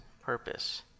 purpose